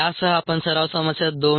यासह आपण सराव समस्या 2